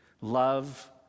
Love